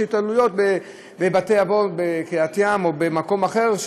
התעללויות בבתי-אבות בקריית ים או במקום אחר,